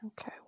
Okay